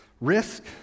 risk